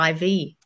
IV